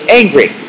angry